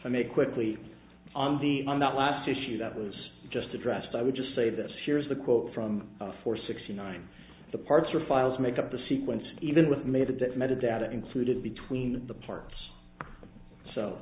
a quickly on the on that last issue that was just addressed i would just say this here's the quote from four sixty nine the parts or files make up the sequence even with made that method that included between the parts so